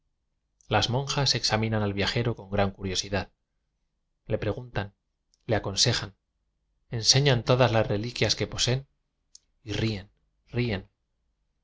las monjas exa minan al viajero con gran curiosidad le preguntan le aconsejan enseñan todas las reliquias que poseen y ríen ríen